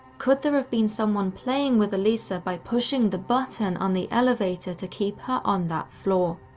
could there have been someone playing with elisa by pushing the button on the elevator to keep her on that floor?